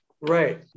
Right